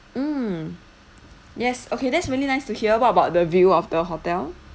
mm yes okay that's really nice to hear what about the view of the hotel